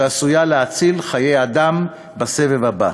שעשויה להציל חיי אדם בסבב הבא.